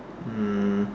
mm